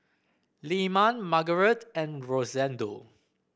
Lyman Margarete and Rosendo